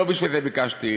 לא בשביל זה ביקשתי,